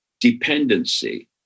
dependency